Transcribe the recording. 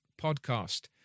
podcast